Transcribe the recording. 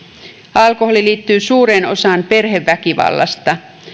alkoholi liittyy suureen osaan perheväkivallasta